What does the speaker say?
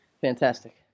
Fantastic